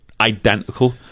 identical